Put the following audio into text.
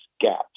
gap